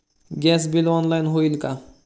Gas bill online होईल का?